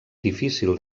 difícil